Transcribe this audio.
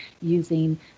using